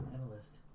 analyst